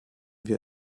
wir